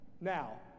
now